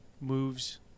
moves